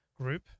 group